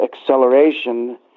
acceleration